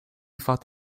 fought